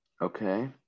Okay